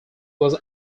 was